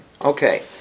Okay